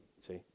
see